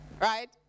right